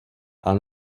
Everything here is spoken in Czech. ale